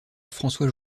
françois